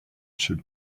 should